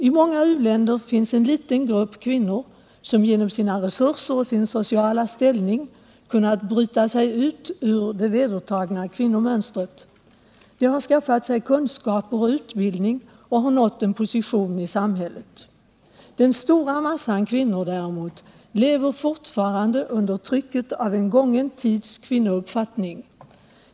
I många u-länder finns en liten grupp kvinnor som genom sina resurser och sin sociala ställning kunnat bryta sig ut ur det vedertagna kvinnomönstret. De har skaffat sig kunskaper och utbildning och har nått en position i samhället. Den stora massan kvinnor däremot lever fortfarande under trycket av en gången tids kvinnouppfattning.